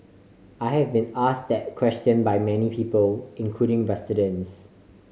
I have been ask that question by many people including residents